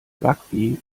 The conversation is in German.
rugby